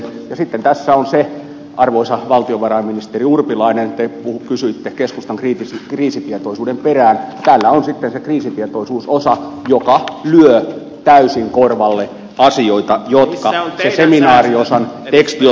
puolesta ja sitten tässä on arvoisa valtiovarainministeri urpilainen kun kysyitte keskustan kriisitietoisuuden perään se kriisitietoisuusosa joka lyö täysin korvalle asioita jotka se seminaariosan tekstiosa lupaa